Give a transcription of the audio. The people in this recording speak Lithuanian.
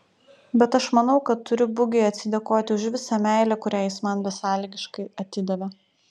bet aš manau kad turiu bugiui atsidėkoti už visą meilę kurią jis man besąlygiškai atidavė